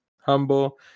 humble